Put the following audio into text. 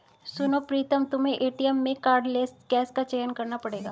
सुनो प्रीतम तुम्हें एटीएम में कार्डलेस कैश का चयन करना पड़ेगा